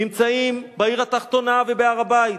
נמצאים בעיר התחתונה ובהר-הבית,